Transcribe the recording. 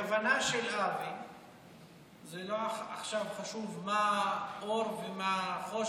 הכוונה של אבי זה לא עכשיו חשוב מה אור ומה חושך,